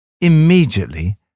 Immediately